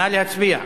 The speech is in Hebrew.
נא להצביע.